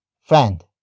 friend